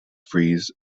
frieze